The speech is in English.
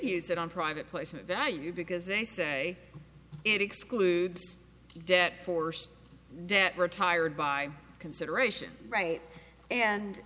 use it on private place value because they say it excludes debt forced debt retired by consideration right and